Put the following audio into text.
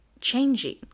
changing